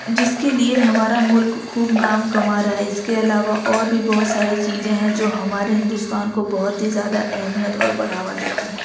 جس کے لیے ہمارا ملک خوب نام کما رہا ہے اس کے علاوہ اور بھی بہت ساری چیزیں ہیں جو ہمارے ہندوستان کو بہت ہی زیادہ اہمیت اور بڑھاوا دیتی ہیں